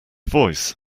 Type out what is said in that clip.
voice